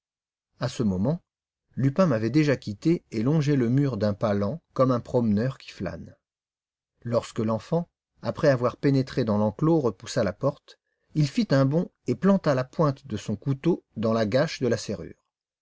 à ce moment lupin m'avait déjà quitté et longeait le mur d'un pas lent comme un promeneur qui flâne lorsque l'enfant après avoir pénétré dans l'enclos repoussa la porte il fit un bond et planta la pointe de son couteau dans la gâche de la serrure